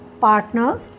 partner